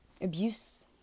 abuse